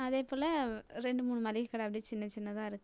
அதே போல் ரெண்டு மூணு மளிகைக்கட அப்படியே சின்ன சின்னதாக இருக்குது